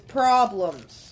problems